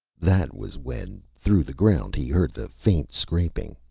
that was when, through the ground, he heard the faint scraping.